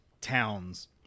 towns